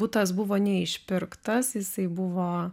butas buvo neišpirktas jisai buvo